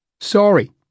sorry